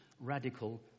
radical